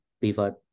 pivot